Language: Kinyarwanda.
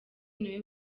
niwe